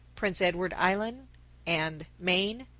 prince edward island and, maine,